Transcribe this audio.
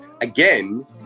again